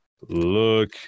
look